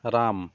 Ram